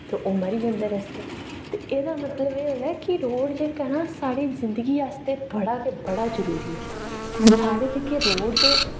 ते ओह् मरी जंदे रस्तै ते एह्दा मतलब एह् होएआ कि रोड़ जेह्का ना साढ़ी जिंदगी आस्तै बड़ा गै बड़ा जरुरी ऐ ते साढ़े जेह्के रोड़ दे